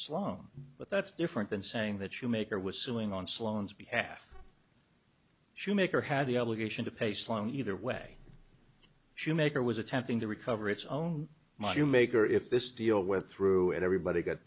sloan but that's different than saying that you make or was suing on sloan's behalf schumaker had the obligation to pay sloan either way schumaker was attempting to recover its own money maker if this deal went through and everybody got